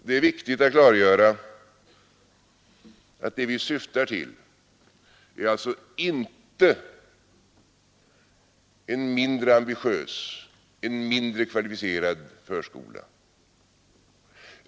Det är viktigt att klargöra att det vi syftar till inte är en mindre ambitiös eller mindre kvalificerad förskola.